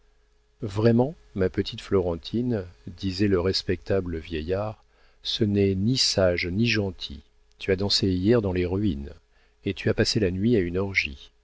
vraiment ma petite florentine disait le respectable vieillard ce n'est ni sage ni gentil tu as dansé hier dans les ruines et tu as passé la nuit à une orgie